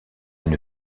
une